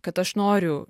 kad aš noriu